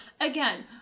again